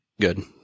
good